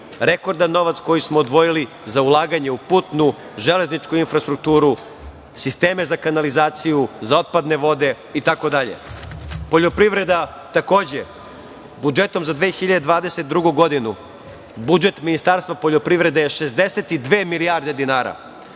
rekordan novac koji smo odvojili za ulaganje u putnu, železničku infrastrukturu, sisteme za kanalizaciju, za otpadne vode itd. Poljoprivreda, takođe. Budžetom za 2022. godinu budžet Ministarstva poljoprivrede je 62 milijarde dinara,